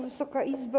Wysoka Izbo!